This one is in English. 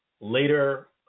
later